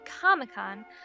Comic-Con